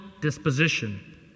disposition